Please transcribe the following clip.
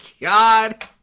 God